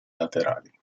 laterali